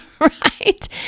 Right